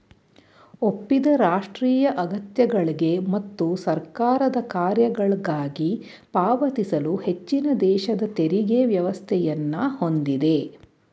ಒಪ್ಪಿದ ರಾಷ್ಟ್ರೀಯ ಅಗತ್ಯಗಳ್ಗೆ ಮತ್ತು ಸರ್ಕಾರದ ಕಾರ್ಯಗಳ್ಗಾಗಿ ಪಾವತಿಸಲು ಹೆಚ್ಚಿನದೇಶದ ತೆರಿಗೆ ವ್ಯವಸ್ಥೆಯನ್ನ ಹೊಂದಿದೆ